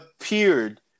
appeared